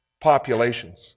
populations